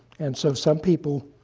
and so some people